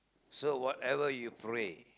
so whatever you pray